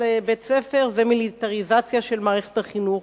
לבית-ספר זה מיליטריזציה של מערכת החינוך.